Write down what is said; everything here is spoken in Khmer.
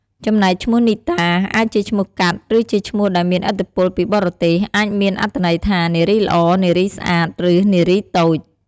ចំណែកឈ្មោះនីតា អាចជាឈ្មោះកាត់ ឬជាឈ្មោះដែលមានឥទ្ធិពលពីបរទេស អាចមានអត្ថន័យថា នារីល្អ នារីស្អាត ឬ នារីតូច។